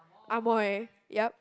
Amoy yup